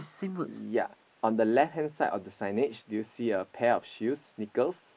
ya on the left hand side of the signage do you see a pair of shoes sneakers